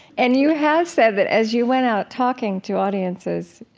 and you have said that, as you went out talking to audiences,